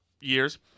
years